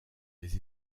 les